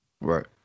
Right